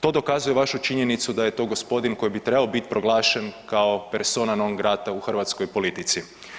To dokazuje vašu činjenicu da je to gospodin koji bi trebao biti proglašen kao persona non grata u hrvatskoj politici.